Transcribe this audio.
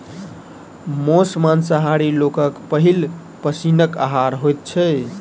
मौस मांसाहारी लोकक पहिल पसीनक आहार होइत छै